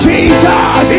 Jesus